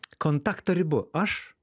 kontakto ribu aš